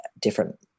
different